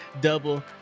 double